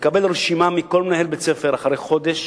לקבל רשימה מכל מנהל בית-ספר, אחרי חודש,